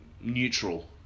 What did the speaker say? neutral